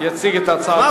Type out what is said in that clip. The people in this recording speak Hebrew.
אדוני יציג את הצעת החוק.